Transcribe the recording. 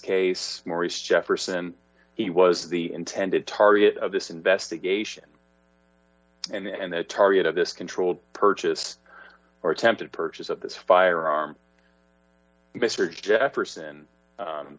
case maurice jefferson he was the intended target of this investigation and the target of this controlled purchase or attempted purchase of this firearm mr jefferson